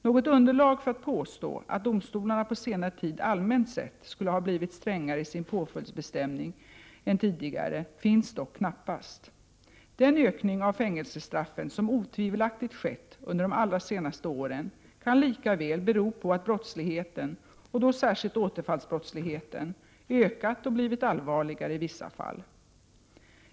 Något underlag för att påstå att domstolarna på senare tid allmänt sett skulle ha blivit strängare i sin påföljdsbestämning än tidigare finns dock knappast. Den ökning av fängelsestraffen som otvivelaktigt skett under de allra senaste åren kan lika väl bero på att brottsligheten, och då särskilt återfallsbrottsligheten, ökat och blivit allvarligare i vissa fall.